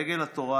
דגל התורה,